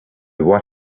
what